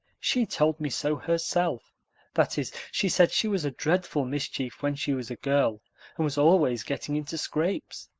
she told me so herself that is, she said she was a dreadful mischief when she was a girl and was always getting into scrapes.